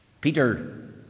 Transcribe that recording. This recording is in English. Peter